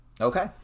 Okay